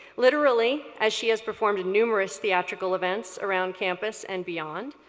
literally, as she has performed in numerous theatrical events around campus and beyond.